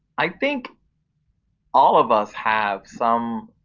i think all of us have some